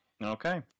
Okay